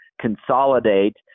consolidate